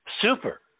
Super